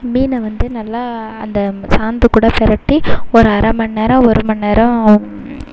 மீனை வந்து நல்லா அந்த சாந்து கூட பிரட்டி ஒரு அரமண்நேரம் ஒருமண்நேரம்